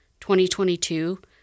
2022